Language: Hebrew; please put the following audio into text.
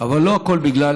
אבל לא הכול בגלל